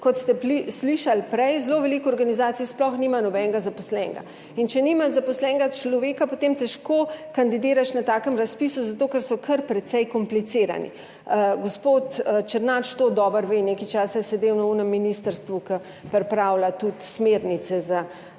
kot ste slišali prej, zelo veliko organizacij sploh nima nobenega zaposlenega in če nimaš zaposlenega človeka, potem težko kandidiraš na takem razpisu, zato ker so kar precej komplicirani. Gospod Černač to dobro ve. Nekaj časa je sedel na tistem ministrstvu, ki pripravlja tudi smernice za